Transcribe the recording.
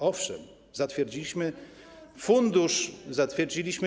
Owszem, zatwierdziliśmy fundusz.